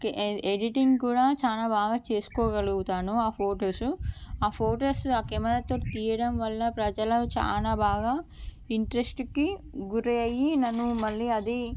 editing కూడా చాలా బాగా చేసుకోగలుగుతాను ఆ ఫొటోస్ ఆ ఫొటోస్ ఆ కెమెరాతో తీయడం వల్ల ప్రజలు చాలా బాగా ఇంట్రెస్ట్కి గురి అయ్యి నన్ను మళ్ళీ అది